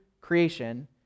creation